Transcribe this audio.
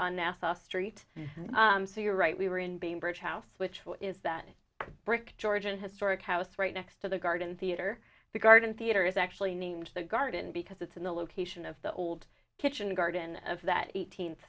on nasa street so you're right we were in being brick house which is that brick georgian historic house right next to the garden theatre the garden theater is actually named the garden because it's in the location of the old kitchen garden of that eighteenth